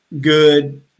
good